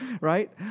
right